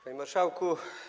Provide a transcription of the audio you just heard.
Panie Marszałku!